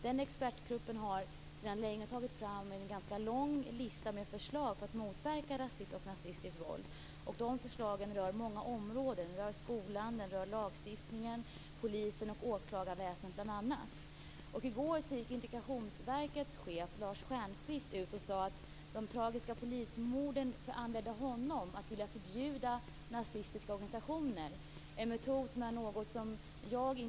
Den expertgruppen tog för länge sedan fram en ganska lång lista med förslag för att motverka rasistiskt och nazistiskt våld. De förslagen rör många områden. De rör skolan. De rör lagstiftningen, polisen och åklagarväsendet, bl.a. I går gick Integrationsverkets chef Lars Stjernkvist ut och sade att de tragiska polismorden föranledde honom att vilja förbjuda nazistiska organisationer - en metod som jag inte tror på.